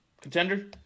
contender